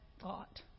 thought